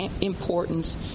importance